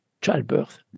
childbirth